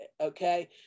Okay